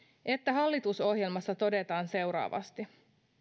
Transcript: että hallitusohjelmassa todetaan seuraavasti